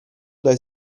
dai